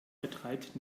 betreibt